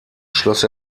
schloss